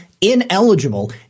ineligible